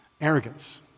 Arrogance